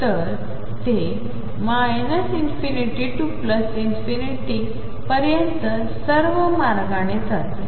तर ते ∞ ते ∞पर्यंत सर्व मार्गाने जाते